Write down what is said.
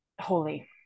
holy